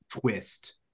twist